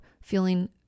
feeling